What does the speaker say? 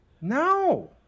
No